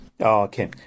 Okay